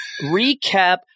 recap